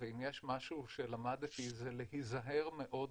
ואם יש משהו שלמדתי הוא להיזהר מאוד בנבואה.